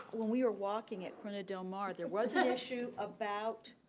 when we were walking at corona del mar, there was issue about,